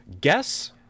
guess